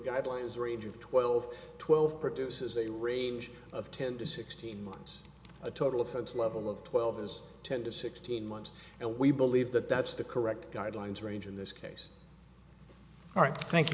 guideline is range of twelve twelve produces a range of ten to sixteen months a total of its level of twelve is ten to sixteen months and we believe that that's the correct guidelines range in this case all right thank you